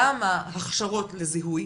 גם הכשרות לזיהוי,